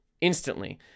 instantly